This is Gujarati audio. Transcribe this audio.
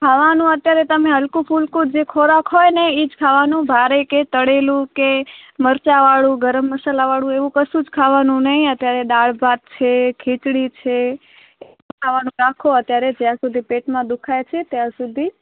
ખાવાનું અત્યારે તમે જે હલકું ફૂલકું જે ખોરાક હોય ને એ જ ખાવાનું ભારે કે તળેલું કે મરચાંવાળું ગરમ મસાલાવાળું એવું કશું જ ખાવાનું નહીં અત્યારે દાળ ભાત છે ખીચડી છે આવું ખાવાનું રાખો અત્યારે જ્યાં સુધી પેટમાં દુઃખે છે ત્યાં સુધી